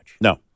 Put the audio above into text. No